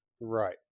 Right